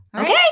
Okay